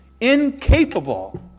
incapable